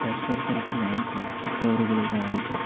പരിസര സ്ഥലത്ത് ഞാൻ പ്ലാസ്റ്റിക് കവറുകളിടാറില്ല